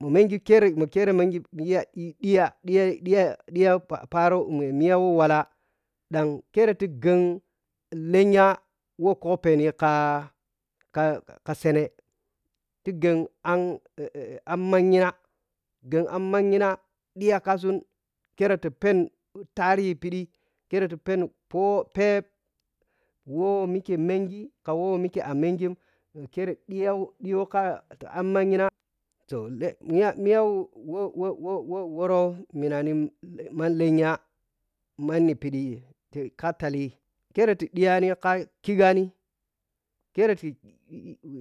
Mo mengi kere mokere mengi miya i ɗhidhiya dhiya dhiya pharo miya wo walla ɗan kere ti gheng lenya wo khopeni ka ka shene ti gheng am am maghina gheng am maghina ɗhiya ka sun kere ti pheni tarihi phiɗi keri ti pheni pha phei wo ike mengi ka wo mike a mengi kire ɗhiyo k am maghina toh lea miya miya wowo wan mhinanij le malenya manni phidi ki khatal, ti ɗhiyani khighani keriti